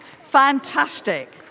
Fantastic